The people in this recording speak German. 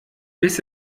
bis